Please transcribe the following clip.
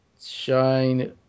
Shine